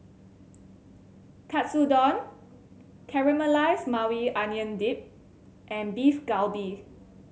Katsudon Caramelized Maui Onion Dip and Beef Galbi